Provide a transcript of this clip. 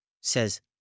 says